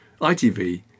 ITV